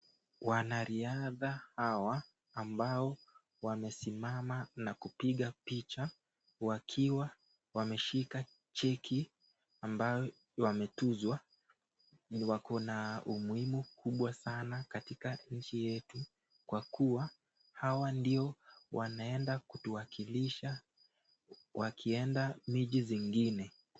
Wanariadha hawa ambao wamesimama na kupiga picha wakiwa wameshika cheki ambayo wametuzwa, wako na umuhimu kubwa sana katika nchi yetu kwa kuwa hawa ndio wanaenda kutuwakilisha wakienda miji zingine.